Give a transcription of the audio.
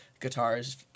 guitars